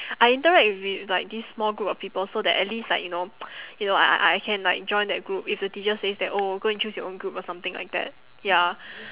I interact with like this small group of people so that at least like you know you know I I I can like join that group if the teacher says that oh go and choose your own group or something like that ya